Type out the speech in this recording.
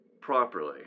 properly